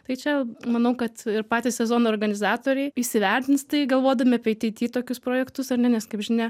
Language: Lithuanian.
tai čia manau kad ir patys sezono organizatoriai įsivertints tai galvodami apie ateity tokius projektus ar ne nes kaip žinia